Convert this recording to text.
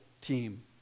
team